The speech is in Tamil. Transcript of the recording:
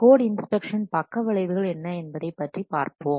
கோட் இன்ஸ்பெக்ஷன் பக்கவிளைவுகள் என்னஎன்பதைப் பற்றி பார்ப்போம்